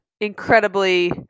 incredibly